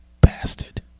bastard